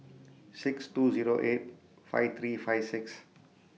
six two Zero eight five three five six